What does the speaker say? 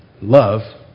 Love